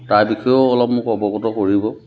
তাৰ বিষয়েও অলপ মোক অৱগত কৰিব